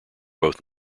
both